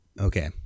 Okay